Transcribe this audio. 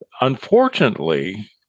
unfortunately